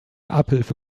abhilfe